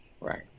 Right